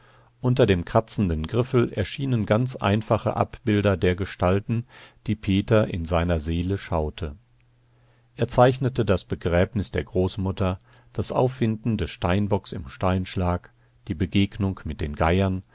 unter dem kratzenden griffel erschienen ganz einfache abbilder der gestalten die peter in seiner seele schaute er zeichnete das begräbnis der großmutter das auffinden des steinbocks im steinschlag die begegnung mit den geiern